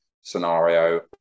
scenario